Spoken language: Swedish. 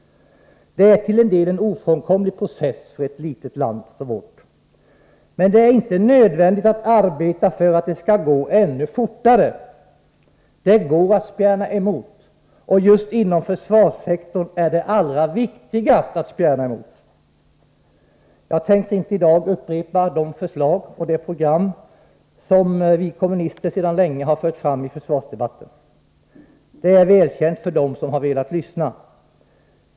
Det är till en del en ofrånkomlig process för ett litet land som vårt. Men det är inte nödvändigt att arbeta för att den skall gå ännu fortare. Det går att spjärna emot, och just inom försvarssektorn är det allra viktigast att spjärna emot. Jag tänker inte i dag upprepa de förslag och det program som vi kommunister sedan länge fört fram i försvarsdebatten. De är välkända för dem som velat lyssna.